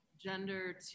gender